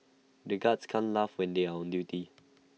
the guards can't laugh when they are on duty